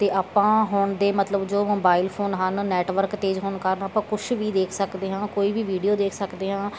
ਅਤੇ ਆਪਾਂ ਹੁਣ ਦੇ ਮਤਲਬ ਜੋ ਮੋਬਾਈਲ ਫੋਨ ਹਨ ਨੈੱਟਵਰਕ ਤੇਜ਼ ਹੋਣ ਕਾਰਨ ਆਪਾਂ ਕੁਛ ਵੀ ਦੇਖ ਸਕਦੇ ਹਾਂ ਕੋਈ ਵੀ ਵੀਡੀਓ ਦੇਖ ਸਕਦੇ ਹਾਂ